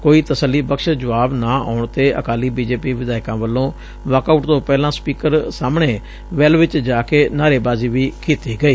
ਕੋਈ ਤਸੱਲੀ ਬਖਸ਼ ਜੁਆਬ ਨਾ ਆਉਣ ਤੇ ਅਕਾਲੀ ਬੀ ਜੇ ਪੀ ਵਿਧਾਇਕਾਂ ਵੱਲੋ ਵਾਕ ਆਉਟ ਤੋਂ ਪਹਿਲਾਂ ਸਪੀਕਰ ਸਾਹਮਣੇ ਵੈਲ ਚ ਜਾ ਕੇ ਨਾਅਰੇਬਾਜ਼ੀ ਵੀ ਕੀਤੀ ਗਈ